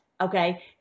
Okay